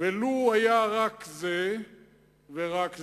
ולו היה רק זה ורק זה,